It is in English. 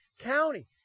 County